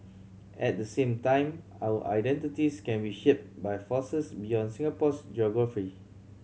at the same time our identities can be shaped by forces beyond Singapore's geography